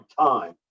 time